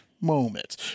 moment